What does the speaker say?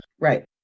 Right